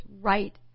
right